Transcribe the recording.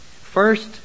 First